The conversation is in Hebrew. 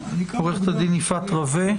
עורכת הדין יפעת רווה,